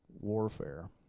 warfare